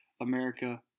America